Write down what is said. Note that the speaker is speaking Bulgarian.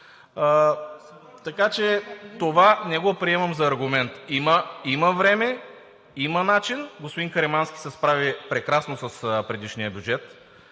така че това не го приемам за аргумент. Има време, има начин – господин Каримански се справи прекрасно с предишния бюджет